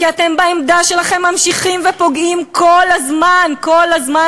כי בעמדה שלכם אתם ממשיכים ופוגעים כל הזמן כל הזמן,